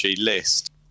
list